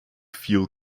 fuel